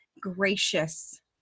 gracious